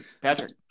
Patrick